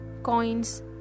coins